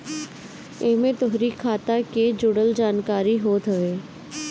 एमे तोहरी खाता के जुड़ल जानकारी होत हवे